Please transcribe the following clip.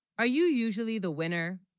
are you, usually the winner